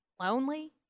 lonely